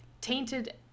tainted